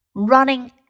Running